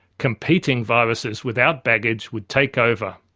competing viruses without baggage would take over.